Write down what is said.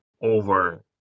over